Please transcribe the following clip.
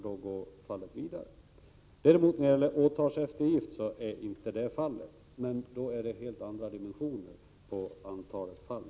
Så förhåller det sig däremot inte när det gäller åtalseftergift, men där är det också helt andra dimensioner på antalet fall.